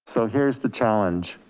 so here's the challenge.